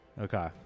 Okay